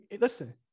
listen